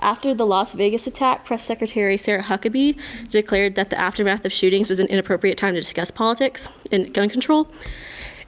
after the las vegas attack press secretary sarah huckabee declared that the aftermath of those shootings was an inappropriate time to discuss politics in gun control